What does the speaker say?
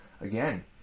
again